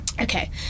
Okay